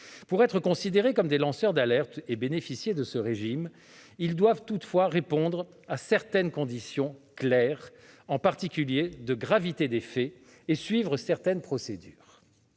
Pour être considérés comme des lanceurs d'alerte et bénéficier de ce régime, ils doivent toutefois répondre à certaines conditions claires, en particulier de gravité des faits, et respecter certaines procédures.